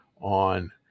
on